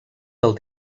del